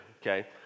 okay